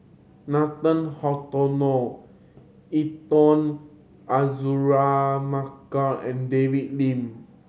Nathan Hartono Intan Azura Mokhtar and David Lim